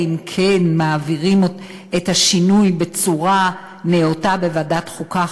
אם כן מעבירים את השינוי בצורה נאותה בוועדת החוקה,